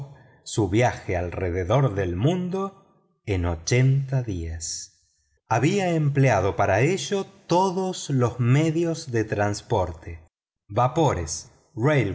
su viaje alrededor del mundo en ochenta días había empleado para ello todos los medios de transporte vapores